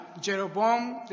Jeroboam